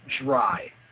dry